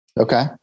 Okay